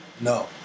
No